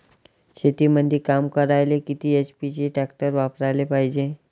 शेतीमंदी काम करायले किती एच.पी चे ट्रॅक्टर वापरायले पायजे?